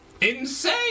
insane